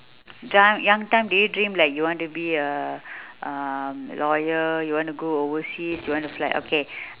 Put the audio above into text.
young time did you dream like you want to be a um lawyer you want to go overseas you want to fly okay